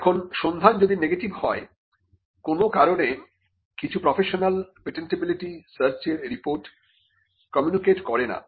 এখন সন্ধান যখন নেগেটিভ হয়কোন কারণে কিছু প্রফেশনাল পেটেন্টিবিলিটি সার্চের রিপোর্ট কমিউনিকেট করে না